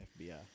FBI